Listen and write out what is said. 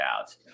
out